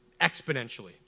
exponentially